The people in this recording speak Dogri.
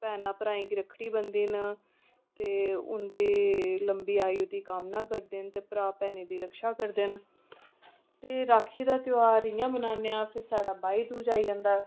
भैनां भ्राएं गी रक्खड़ी बनदियां न ते उं'दी लम्बी आयु दी कामना करदे न ते भ्राएं भैने दी रक्षा करदे न ते राखी दा त्यौहार इ'यां बनाने आं फिर साढ़ा भाईदूज आई जंदा